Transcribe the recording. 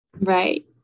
Right